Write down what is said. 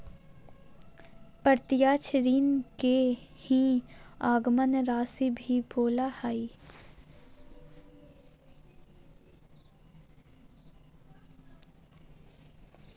प्रत्यक्ष ऋण के ही आगमन राशी भी बोला हइ